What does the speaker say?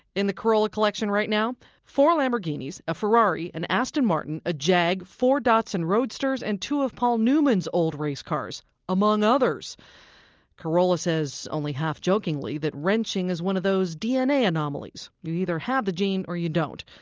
in the carolla collection right now four lamborghinis, a ferrari, an aston martin, a jag, four datsun roadster and two of paul newman's old race cars among others carolla says only half-jokingly that wrenching is one of those dna anomalies you either have the gene or you don't.